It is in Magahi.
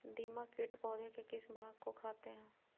दीमक किट पौधे के किस भाग को खाते हैं?